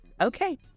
Okay